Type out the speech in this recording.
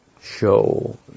show